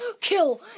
kill